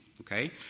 Okay